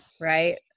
right